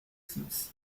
smith